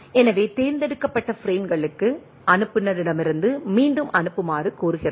எனவே தேர்ந்தெடுக்கப்பட்ட பிரேம்களுக்கு அனுப்புநரிடமிருந்து மீண்டும் அனுப்புமாறு கோருகிறது